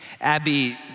Abby